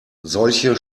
solche